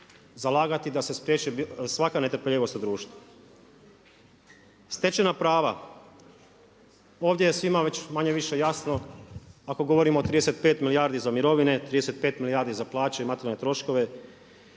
zalagati da se spriječi svaka netrpeljivost u društvu? Stečena prava, ovdje je svima već manje-više jasno ako govorimo o 35 milijardi za mirovine, 35 milijardi za plaće i materijalne troškove,